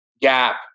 gap